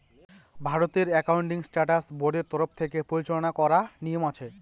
ভারতের accounting standard বোর্ডের তরফ থেকে পরিচালনা করার নিয়ম আছে